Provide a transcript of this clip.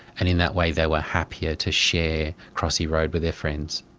and in that way they were happier to share crossy road with their friends.